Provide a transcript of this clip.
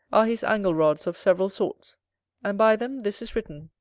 are his angle-rods of several sorts and by them this is written,